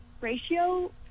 ratio